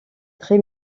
très